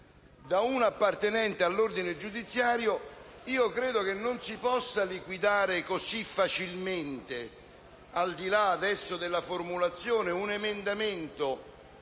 da un appartenente all'ordine giudiziario, non credo che si possa liquidare così facilmente, al di là della formulazione, un emendamento